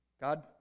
God